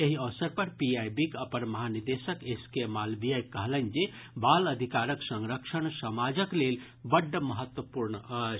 एहि अवसर पर पीआईबीक अपर महानिदेशक एस के मालवीय कहलनि जे बाल अधिकारक संरक्षण समाजक लेल बड्ड महत्वपूर्ण अछि